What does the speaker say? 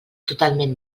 totalment